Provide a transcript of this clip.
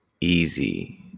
easy